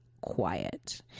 quiet